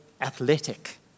athletic